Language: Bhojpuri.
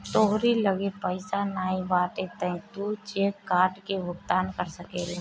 तोहरी लगे पइया नाइ बाटे तअ तू चेक काट के भुगतान कर सकेला